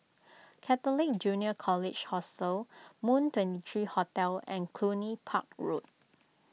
Catholic Junior College Hostel Moon twenty three Hotel and Cluny Park Road